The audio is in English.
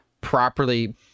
properly